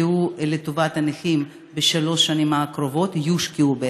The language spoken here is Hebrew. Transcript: הושקעו לטובת הנכים בשלוש השנים הקרובות יושקעו,